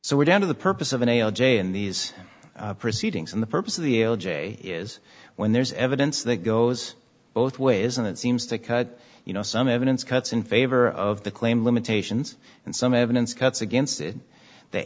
so we're down to the purpose of a nail day in these proceedings and the purpose of the is when there's evidence that goes both ways and it seems to cut you know some evidence cuts in favor of the claim limitations and some evidence cuts against it the